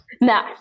No